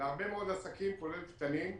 להרבה מאוד עסקים, כולל קטנים,